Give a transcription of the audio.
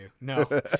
no